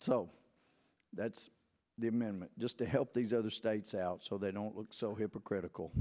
so that's the amendment just to help these other states out so they don't look so hypocritical